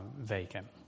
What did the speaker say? vacant